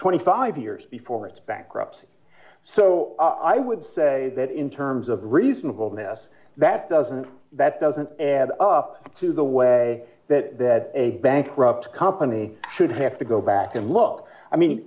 twenty five years before it's bankrupt so i would say that in terms of reasonableness that doesn't that doesn't add up to the way that a bankrupt company should have to go back and look i mean